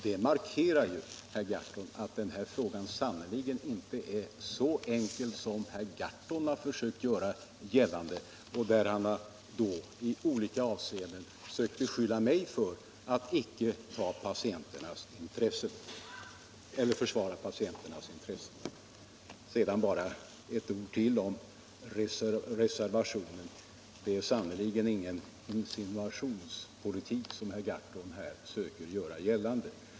Det tycker jag markerar att denna fråga sannerligen inte är så enkel som herr Gahrton har försökt göra gällande, när han i olika avseenden har försökt beskylla mig för att inte försvara patienternas intressen. Sedan bara några ord om reservationen. Det är sannerligen ingen insinuationspolitik som herr Gahrton gör gällande.